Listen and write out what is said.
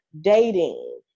dating